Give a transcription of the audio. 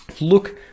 Look